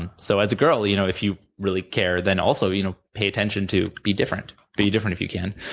and so as a girl, you know if you really care, then, also you know, pay attention to be different. be different, if you can.